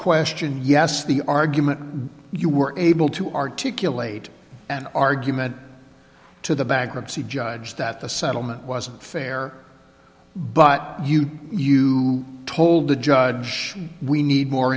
question yes the argument you were able to articulate and argument to the backup c judge that the settlement was unfair but you you told the judge we need more